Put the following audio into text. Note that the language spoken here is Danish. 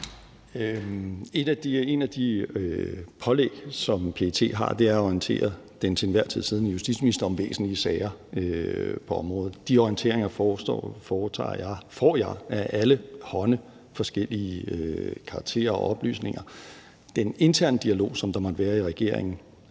Et af de pålæg, som PET har, er at orientere den til enhver tid siddende justitsminister om væsentlige sager på området. De orienteringer får jeg af allehånde forskellige karakterer og oplysninger. Om den interne dialog, som der måtte være i regeringen,